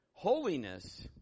Holiness